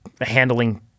handling